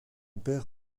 père